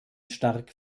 stark